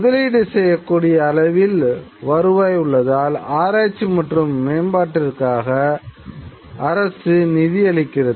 முதலீடு செய்யக்கூடிய அளவில் வருவாய் உள்ளதால் ஆராய்ச்சி மற்றும் மேம்பாத்திற்கு அரசு நிதியளிக்கிறது